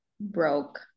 broke